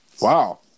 Wow